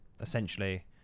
essentially